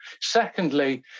Secondly